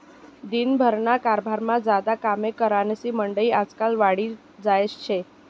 दिन भरना कारभारमा ज्यादा कामे करनारी मंडयी आजकाल वाढी जायेल शे